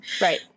Right